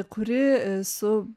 kuri su